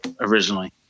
originally